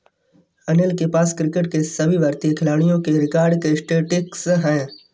अनिल के पास क्रिकेट के सभी भारतीय खिलाडियों के रिकॉर्ड के स्टेटिस्टिक्स है